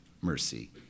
mercy